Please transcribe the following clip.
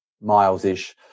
miles-ish